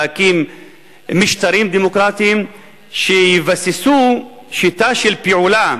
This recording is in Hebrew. להקים משטרים דמוקרטיים שיבססו שיטה של פעולה